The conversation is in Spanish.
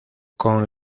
con